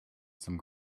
some